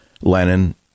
Lenin